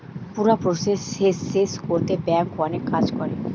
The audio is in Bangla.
পুরা প্রসেস শেষ কোরতে ব্যাংক অনেক কাজ করে